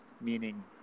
Meaning